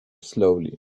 slowly